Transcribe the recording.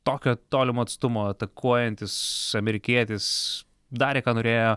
tokio tolimo atstumo atakuojantis amerikietis darė ką norėjo